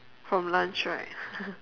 from lunch right